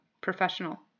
professional